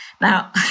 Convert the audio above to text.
Now